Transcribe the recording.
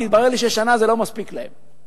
כי התברר לי ששנה זה לא מספיק להם.